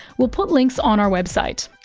we'll put links on our website.